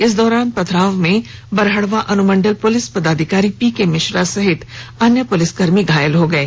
इस दौरान हुए पथराव में बरहडवा अनुमंडल पुलिस पदाधिकारी पीके मिश्रा सहित अन्य पुलिसकर्मी घायल हो गये